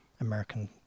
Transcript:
American